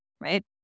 right